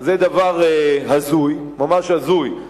זה דבר הזוי, ממש הזוי.